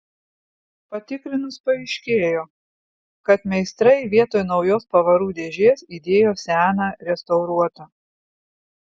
patikrinus paaiškėjo kad meistrai vietoj naujos pavarų dėžės įdėjo seną restauruotą